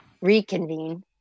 reconvene